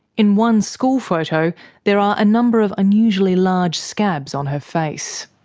in one school photo there are a number of unusually large scabs on her face.